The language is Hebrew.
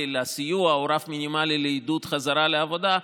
לסיוע או כרף מינימלי לעידוד חזרה לעבודה,